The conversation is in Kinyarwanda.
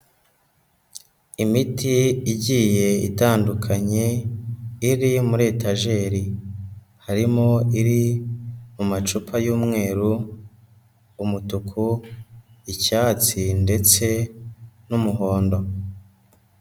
Imiti igiye itandukanye iri muri etajeri, harimo iri mu macupa y'umweru, umutuku, icyatsi ndetse n'umuhondo.